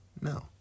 no